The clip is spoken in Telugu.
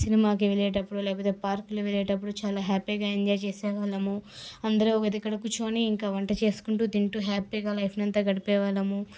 సినిమాకి వెళ్లేటప్పుడు లేకపోతే పార్కులకు వెళ్లేటప్పుడు చాలా హ్యాపీగా ఎంజాయ్ చేసేవాళ్ళము అందరూ ఒక దగ్గర కూర్చుని ఇంకా వంట చేసుకుంటూ తింటూ హ్యాపీగా ఇంక లైఫ్ అంతా గడిపే వాళ్ళము